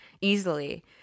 easily